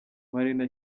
marina